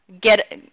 Get